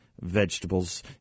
Vegetables